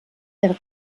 der